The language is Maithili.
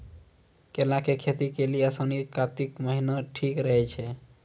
केला के खेती के लेली आसिन कातिक महीना ठीक रहै छै